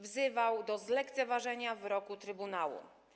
Wzywał do zlekceważenia wyroku Trybunału.